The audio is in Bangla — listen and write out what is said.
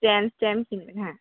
স্ট্যাম্প স্ট্যাম্প কিনবেন হ্যাঁ